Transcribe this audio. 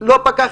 מרגע